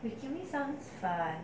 wait give me some fun